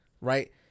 Right